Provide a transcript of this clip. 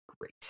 Great